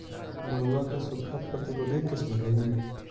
मड़ुआ के सूखा प्रतिरोधी किस्म हई?